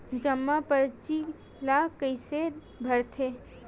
जमा परची ल कइसे भरथे?